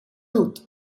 tooth